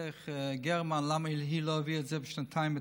חברתך גרמן למה היא לא הביאה את זה בשנתיים בתפקידה.